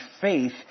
faith